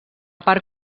part